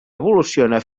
evoluciona